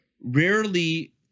rarely